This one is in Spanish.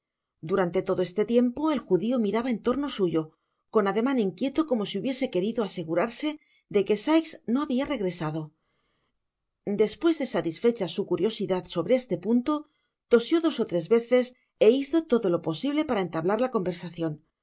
durante todo este tiempo el judio miraba en torno suyo conademan inquieto como si hubiese querido asegurarse de que sikes no habia regresado despues de satisfecha su curiosidad sobre este punto tosió dos ó tres veces é hizo todo lo posible para entablar la conversacion